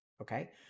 Okay